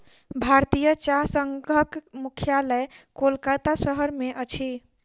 भारतीय चाह संघक मुख्यालय कोलकाता शहर में अछि